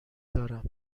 دارم